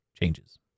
changes